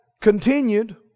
continued